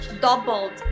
doubled